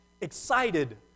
Excited